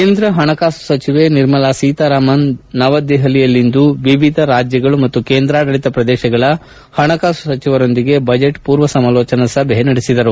ಕೇಂದ್ರ ಪಣಕಾಸು ಸಚಿವೆ ನಿರ್ಮಲಾ ಸೀತಾರಾಮನ್ ದೆಪಲಿಯಲ್ಲಿಂದು ವಿವಿಧ ರಾಜ್ಗಳು ಮತ್ತು ಕೇಂದ್ರಾಡಳಿತ ಪ್ರದೇಶಗಳ ಹಣಕಾಸು ಸಚಿವರೊಂದಿಗೆ ಬಜೆಟ್ ಮೂರ್ವ ಸಮಾಲೋಚನಾ ಸಭೆ ನಡೆಸಿದರು